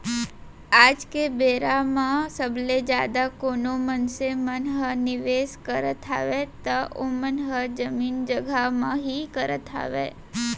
आज के बेरा म सबले जादा कोनो मनसे मन ह निवेस करत हावय त ओमन ह जमीन जघा म ही करत हावय